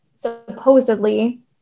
supposedly